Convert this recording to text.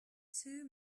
two